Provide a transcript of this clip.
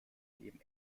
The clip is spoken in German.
neben